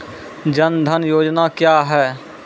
जन धन योजना क्या है?